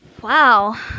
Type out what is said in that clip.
Wow